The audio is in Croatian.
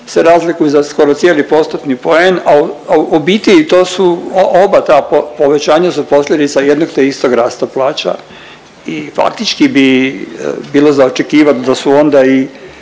se razliku za skoro cijeli postotni poen, a u biti to su oba ta povećanja su posljedica jednog te istog rasta plaća i faktički bi bilo za očekivat da su onda i